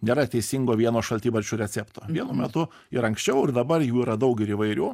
nėra teisingo vieno šaltibarščių recepto vienu metu ir anksčiau ir dabar jų yra daug ir įvairių